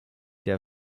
der